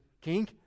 king